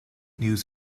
news